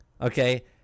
okay